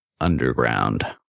Underground